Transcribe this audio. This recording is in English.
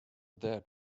that